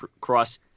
Cross